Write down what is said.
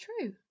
true